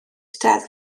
deddf